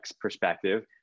perspective